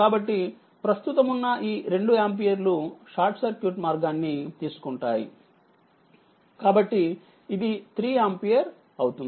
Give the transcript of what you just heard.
కాబట్టి ప్రస్తుతమున్న ఈ 2 ఆంపియర్లు షార్ట్ సర్క్యూట్ మార్గాన్ని తీసుకుంటాయి కాబట్టి ఇది3 ఆంపియర్ అవుతుంది